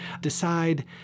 decide